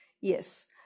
Yes